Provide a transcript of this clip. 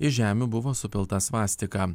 iš žemių buvo supilta svastika